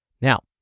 Now